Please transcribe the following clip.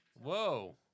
Whoa